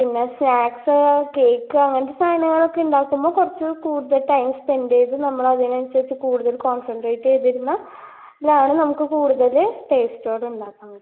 പിന്നെ snacks cake അങ്ങനത്തെ സാധനങ്ങളൊക്കെ ഉണ്ടാക്കുമ്പോൾ കുറച്ച് കൂടുതൽ ടൈം സ്പെൻഡ് ചെയ്ത് നമ്മൾ അതിനനുസരിച്ച് കൂടുതൽ കോൺസൺട്രേറ്റ് ചെയ്തിരുന്നാൽ ആണ് നമുക്ക് കൂട്തല് ടേസ്റ്റോടുണ്ടാക്കാന് പറ്റും